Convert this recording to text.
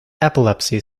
epilepsy